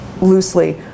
loosely